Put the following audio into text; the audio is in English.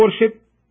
worship